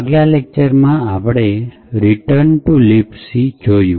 આગલા લેક્ચરમાં આપણે રિટર્ન ટુ libc જોયું